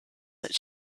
that